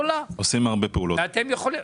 עוד שלוש דקות, וגם נגה תאמר כמה מילים.